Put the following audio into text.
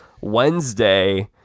Wednesday